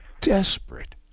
desperate